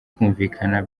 kumvikana